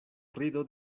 rido